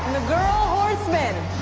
girl horseman.